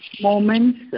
moments